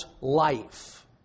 life